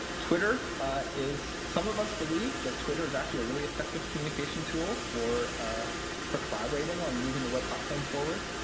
twitter is some of us believe that twitter is actually a really effective communication tool or ah for collaborating on moving the web platform forward.